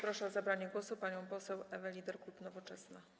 Proszę o zabranie głosu panią poseł Ewę Lieder, klub Nowoczesna.